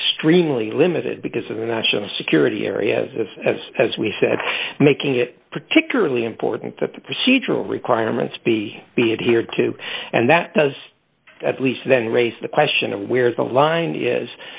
extremely limited because of the national security areas as as as we said making it particularly important that the procedural requirements be be adhered to and that does at least then raise the question of where the line is